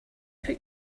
put